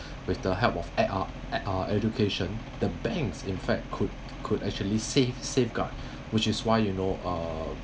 with the help of ed~ uh ed~(uh) education the banks in fact could could actually safe~ safeguard which is why you know uh